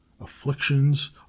Afflictions